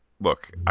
look